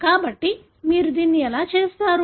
కాబట్టి మీరు దీన్ని ఎలా చేస్తారు